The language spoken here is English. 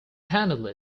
handle